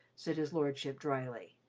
said his lordship dryly.